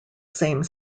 same